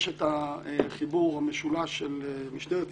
יש החיבור המשולש של משטרת ישראל,